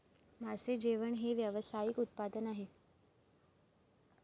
मासे जेवण हे व्यावसायिक उत्पादन आहे